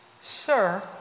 sir